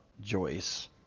Joyce